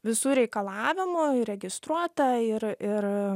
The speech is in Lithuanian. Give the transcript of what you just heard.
visų reikalavimų įregistruota ir ir